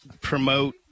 promote